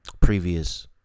previous